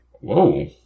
Whoa